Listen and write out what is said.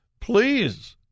please